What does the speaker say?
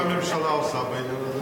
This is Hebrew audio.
מה הממשלה עושה בעניין הזה?